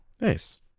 Nice